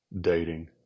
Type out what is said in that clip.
dating